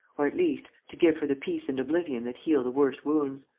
or, at least, to give her the peace and oblivion that heal the worst wounds